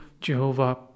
Jehovah